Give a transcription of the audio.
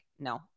no